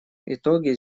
итоге